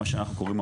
מה שאנחנו קוראים,